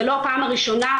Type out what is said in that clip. זו לא הפעם הראשונה.